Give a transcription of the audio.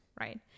right